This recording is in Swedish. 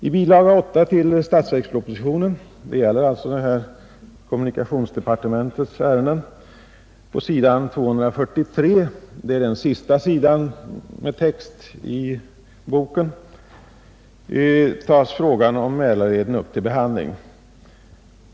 I bilaga 8 till statsverkspropositionen — det gäller alltså kommunikationsdepartementets ärenden — på sidan 243, den sista textsidan, tas frågan om Mälarleden upp till behandling.